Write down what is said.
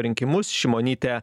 rinkimus šimonytė